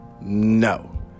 no